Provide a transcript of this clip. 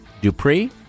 Dupree